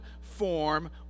form